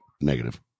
Negative